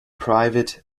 private